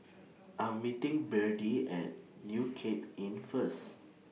I Am meeting Byrdie At New Cape Inn First